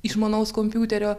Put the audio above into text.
išmanaus kompiuterio